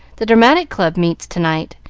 the dramatic club meets to-night,